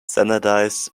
standardised